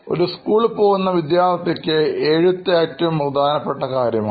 ഒരു സ്കൂളിൽ പോകുന്ന വിദ്യാർത്ഥിയ്ക്ക് എഴുത്ത് ഏറ്റവും പ്രധാനപ്പെട്ട പ്രവർത്തനമാണ്